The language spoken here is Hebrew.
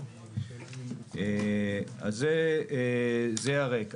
זה הרקע.